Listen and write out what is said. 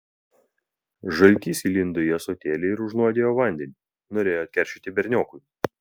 žaltys įlindo į ąsotėlį ir užnuodijo vandenį norėjo atkeršyti berniokui